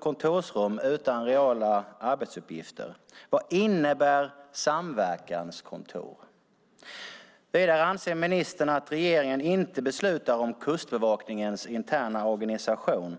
kontorsrum utan reella arbetsuppgifter? Vad innebär ett samverkanskontor? Vidare anser ministern att regeringen inte beslutar om Kustbevakningens interna organisation.